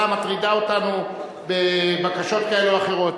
מטרידה אותנו בבקשות כאלה או אחרות.